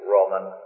Roman